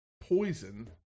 poison